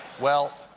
well,